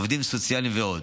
עובדים סוציאליים ועוד.